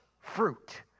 fruit